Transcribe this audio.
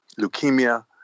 leukemia